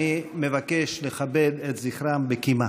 אני מבקש לכבד את זכרם בקימה.